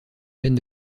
chaîne